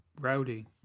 Rowdy